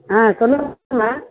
ஆ சொல்லுங்களம்மா